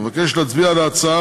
אבקש להצביע על ההצעה,